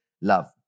love